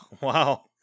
Wow